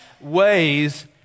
ways